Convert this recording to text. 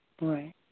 Right